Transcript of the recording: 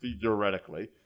theoretically